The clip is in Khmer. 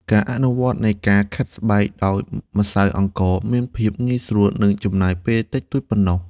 ការអនុវត្តនៃការខាត់ស្បែកដោយម្សៅអង្ករមានភាពងាយស្រួល និងចំណាយពេលតិចតួចប៉ុណ្ណោះ។